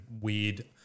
weird